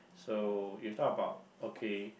so it's not about okay